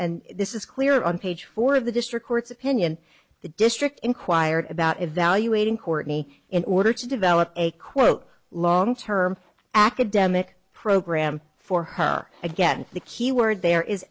this is clear on page four of the district court's opinion the district inquired about evaluating courtney in order to develop a quote long term academic program for her again the key word there is